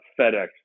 FedEx